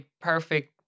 perfect